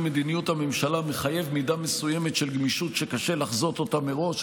מדיניות הממשלה מחייבים מידה מסוימת של גמישות שקשה לחזות מראש.